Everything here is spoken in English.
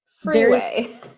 freeway